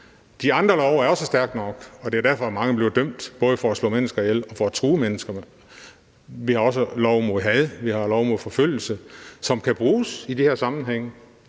De andre love er også stærke nok, og det er derfor, mange bliver dømt, både for at slå mennesker ihjel og for at true mennesker. Vi har også en lov mod hadforbrydelser og en lov mod forfølgelse, som kan bruges i de her sammenhænge.